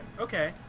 okay